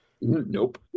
Nope